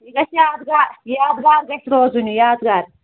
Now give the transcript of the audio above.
یہِ گژھِ یادگار یادگار گژھِ روزُن یہِ یادگار